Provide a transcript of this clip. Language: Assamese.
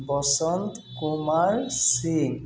বসন্ত কুমাৰ সিং